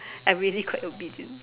I really quite obedient